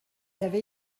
avait